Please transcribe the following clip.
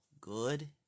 good